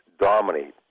dominate